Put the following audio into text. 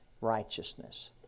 righteousness